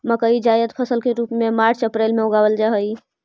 मकई जायद फसल के रूप में मार्च अप्रैल में उगावाल जा हई